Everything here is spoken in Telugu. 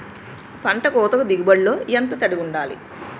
పంట కోతకు దిగుబడి లో ఎంత తడి వుండాలి?